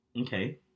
Okay